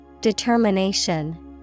Determination